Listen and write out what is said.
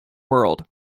world